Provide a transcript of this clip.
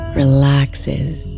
relaxes